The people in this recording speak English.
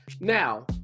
Now